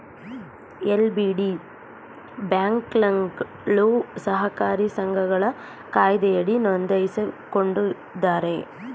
LDB ಬ್ಯಾಂಕ್ಗಳು ಸಹಕಾರಿ ಸಂಘಗಳ ಕಾಯ್ದೆಯಡಿ ನೊಂದಾಯಿಸಿಕೊಂಡಿರುತ್ತಾರೆ